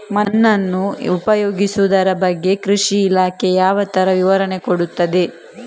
ಮಣ್ಣನ್ನು ಉಪಯೋಗಿಸುದರ ಬಗ್ಗೆ ಕೃಷಿ ಇಲಾಖೆ ಯಾವ ತರ ವಿವರಣೆ ಕೊಡುತ್ತದೆ?